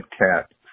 cat